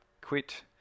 quit